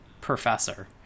professor